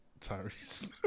Tyrese